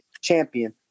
champion